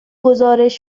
گزارش